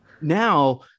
Now